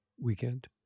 weekend